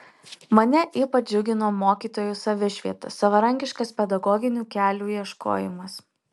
mane ypač džiugino mokytojų savišvieta savarankiškas pedagoginių kelių ieškojimas